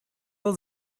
был